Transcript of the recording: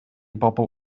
bobl